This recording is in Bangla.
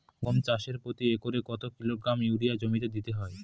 গম চাষে প্রতি একরে কত কিলোগ্রাম ইউরিয়া জমিতে দিতে হয়?